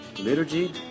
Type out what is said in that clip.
liturgy